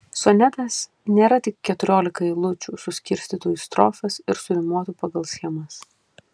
sonetas nėra tik keturiolika eilučių suskirstytų į strofas ir surimuotų pagal schemas